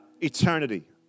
eternity